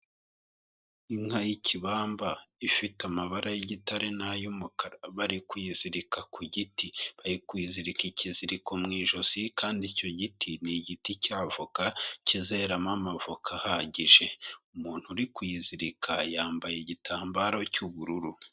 Inka y'ikibamba ifite amabara y'igitare n'ay'umukara bari kuyizirika ku giti, bari kuyizirika ikiziriko mu ijosi kandi icyo giti ni igiti cya avoka kizeramo amavoka ahagije. Umuntu uri kuyizirika yambaye igitambaro cy'ubururu.